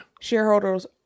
Shareholders